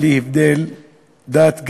בלי הבדל דת,